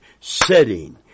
setting